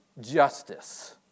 justice